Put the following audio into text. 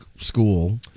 school